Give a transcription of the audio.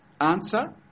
Answer